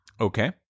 Okay